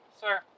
Sir